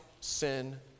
sin